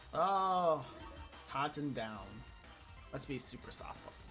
ah tighten down us the super stock,